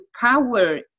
power